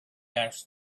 asked